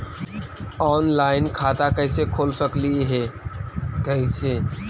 Online खाता कैसे खोल सकली हे कैसे?